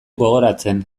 gogoratzen